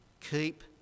keep